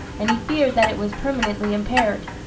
and he feared that it was permanently impaired.